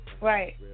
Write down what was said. Right